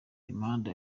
imihanda